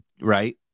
right